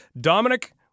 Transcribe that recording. Dominic